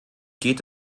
geht